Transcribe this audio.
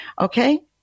Okay